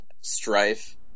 Strife